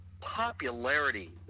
popularity